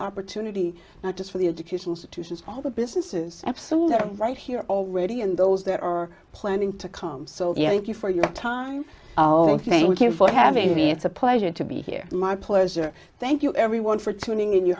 opportunity not just for the education situations all the businesses absolutely right here already and those there are planning to come so if you for your time i thank you for having me it's a pleasure to be here my pleasure thank you everyone for tuning in you